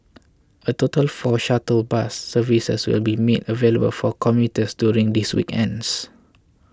a total four shuttle bus services will be made available for commuters during these weekends